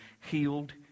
healed